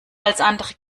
andere